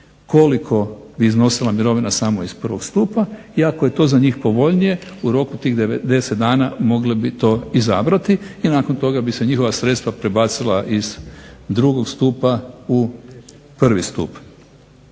koliko bi iznosila mirovina samo iz prvog stupa i ako je to za njih povoljnije u roku tih 90 dana mogle bi to izabrati i nakon toga bi se njihova sredstva prebacila iz drugog stupa u prvi stup.